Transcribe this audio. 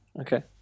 okay